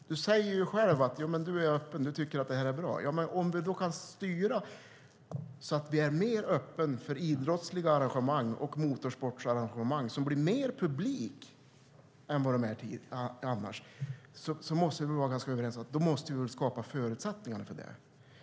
Du säger själv att du är öppen, du tycker att det här är bra. Om du kan styra det till att vi är mer öppna för idrottsliga arrangemang och motorsportsarrangemang så att de blir mer publika än de är annars kan vi vara överens och söka skapa förutsättningar för det.